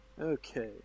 Okay